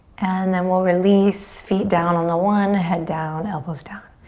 and then we'll release, feet down on the one. head down, elbows down.